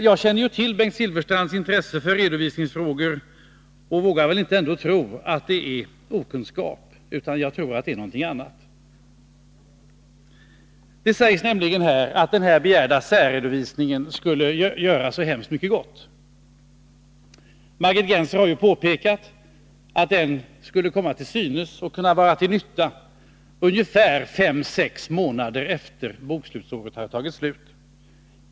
Jag känner till Bengt Silfverstrands intresse för redovisningsfrågor och vågar inte tro att det är fråga om okunskap, utan det måste vara någonting annat. Det sägs nämligen att den begärda särredovisningen skulle innebära så mycket gott. Margit Gennser har påpekat att den bara skulle komma att vara till nytta ungefär fem sex månader efter bokföringsårets slut.